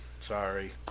Sorry